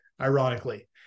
ironically